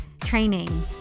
Training